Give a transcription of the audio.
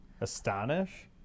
Astonish